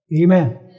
Amen